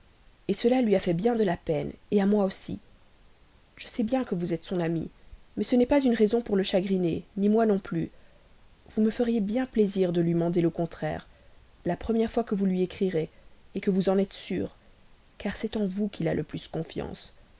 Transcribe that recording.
penser cela lui a fait bien de la peine à moi aussi je sais bien que vous êtes son ami mais ce n'est pas une raison pour le chagriner ni moi non plus vous me feriez bien plaisir de lui mander le contraire la première fois que vous lui écrirez que vous en êtes sûr car c'est en vous qu'il a le plus de confiance